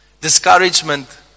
Discouragement